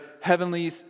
heavenly